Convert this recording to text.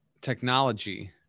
technology